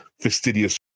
fastidious